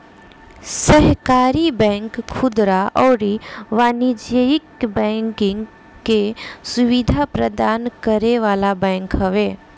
सहकारी बैंक खुदरा अउरी वाणिज्यिक बैंकिंग के सुविधा प्रदान करे वाला बैंक हवे